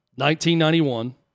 1991